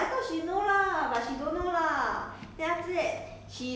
你没有跟她 s~ 一点点就好剪一点点